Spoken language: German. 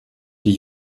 die